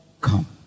come